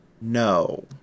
no